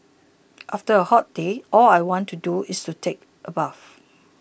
after a hot day all I want to do is take a bath